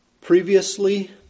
previously